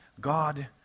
God